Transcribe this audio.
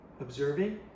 observing